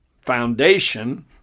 foundation